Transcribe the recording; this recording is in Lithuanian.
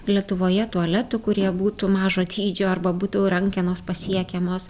lietuvoje tualetų kurie būtų mažo dydžio arba būtų rankenos pasiekiamos